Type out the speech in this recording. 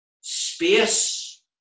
space